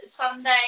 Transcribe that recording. Sunday